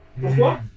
Pourquoi